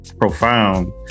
profound